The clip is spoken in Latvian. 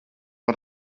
var